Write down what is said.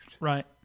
Right